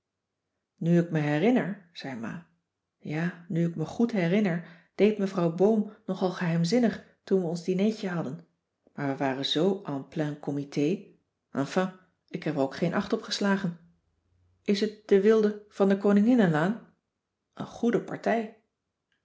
nu ik me herinner zei ma ja nu ik me goed herinner deed mevrouw boom nogal geheimzinnig toen we ons dinertje hadden maar we waren zoo en plein comité enfin ik heb er ook geen acht op cissy van marxveldt de h b s tijd van joop ter heul geslagen is het de wilde van de koninginnelaan een goede partij